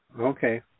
Okay